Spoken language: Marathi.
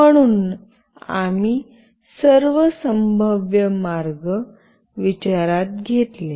म्हणून आम्ही सर्व संभाव्य मार्ग विचारात घेतले